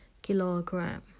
Kilogram